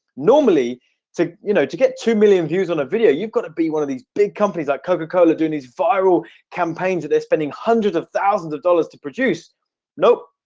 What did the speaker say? normally to you know to get two million views on a video you've got to be one of these big companies like coca-cola doing these viral campaigns that they're spending hundreds of thousands of dollars to produce nope,